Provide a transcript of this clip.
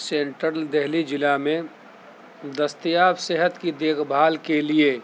central Delhi ضلع میں دستیاب صحت کی دیکھ بھال کے لیے